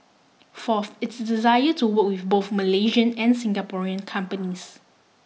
fourth its desire to work with both Malaysian and Singaporean companies